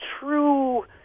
true